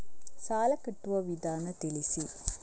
ಸಾಲ ಕಟ್ಟುವ ವಿಧಾನ ತಿಳಿಸಿ?